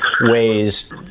ways